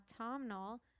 autumnal